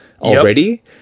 already